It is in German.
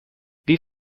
wie